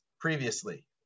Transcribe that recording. previously